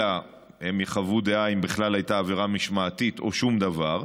אלא הם יחוו דעה אם בכלל הייתה עבירה משמעתית או שום דבר,